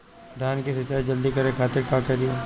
धान के सिंचाई जल्दी करे खातिर का करी?